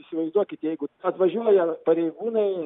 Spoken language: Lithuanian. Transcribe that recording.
įsivaizduokit jeigu atvažiuoja pareigūnai